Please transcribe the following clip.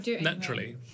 Naturally